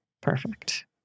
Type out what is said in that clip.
Perfect